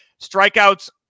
Strikeouts